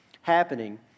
happening